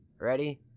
Ready